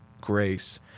grace